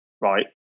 right